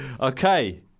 Okay